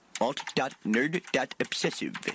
Alt.nerd.obsessive